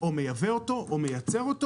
או מייבא אותו או מייצר אותו.